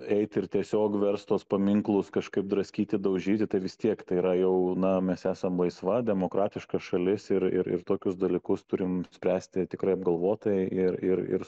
eiti ir tiesiog verst tuos paminklus kažkaip draskyti daužyti tai vis tiek tai yra jau na mes esam laisva demokratiška šalis ir ir ir tokius dalykus turim spręsti tikrai apgalvotai ir ir ir